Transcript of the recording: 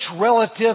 relative